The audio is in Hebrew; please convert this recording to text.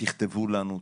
תכתבו לנו,